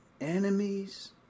enemies